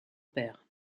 père